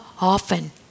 often